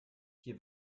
hier